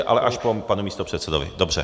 Ale až po panu místopředsedovi, dobře.